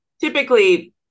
typically